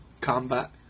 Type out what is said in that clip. Combat